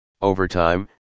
overtime